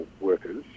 workers